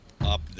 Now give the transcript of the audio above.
up